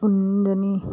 কোনজনী